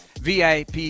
VIP